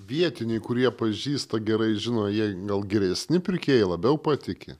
vietiniai kurie pažįsta gerai žino jie gal geresni pirkėjai labiau patiki